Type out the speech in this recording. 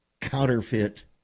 counterfeit